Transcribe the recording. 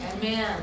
Amen